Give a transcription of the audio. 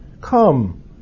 Come